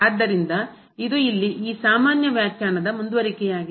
ಆದ್ದರಿಂದ ಇದು ಇಲ್ಲಿ ಈ ಸಾಮಾನ್ಯ ವ್ಯಾಖ್ಯಾನದ ಮುಂದುವರಿಕೆಯಾಗಿದೆ